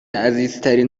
عزیزترین